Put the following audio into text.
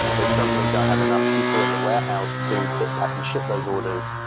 they suddenly don't have enough people in the warehouse to pick, pack and ship those orders.